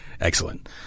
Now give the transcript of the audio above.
Excellent